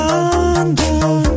London